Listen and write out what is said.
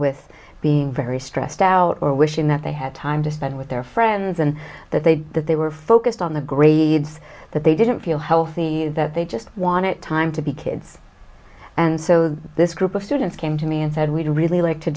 with being very stressed out or wishing that they had time to spend with their friends and that they that they were focused on the grades that they didn't feel healthy that they just wanted time to be kids and so this group of students came to me and said we don't really like to